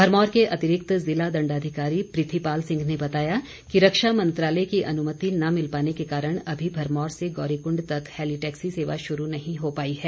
भरमौर के अतिरिक्त जिला दंडाधिकारी पृथीपाल सिंह ने बताया कि रक्षा मंत्रालय की अनुमति न मिल पाने के कारण अभी भरमौर से गौरीकुंड तक हैली टैक्सी सेवा शुरू नहीं हो पाई है